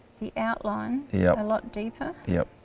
the outline yep a lot deeper. yep.